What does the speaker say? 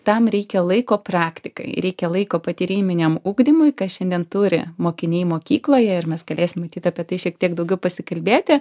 tam reikia laiko praktikai reikia laiko patyriminiam ugdymui ką šiandien turi mokiniai mokykloje ir mes galėsim matyt apie tai šiek tiek daugiau pasikalbėti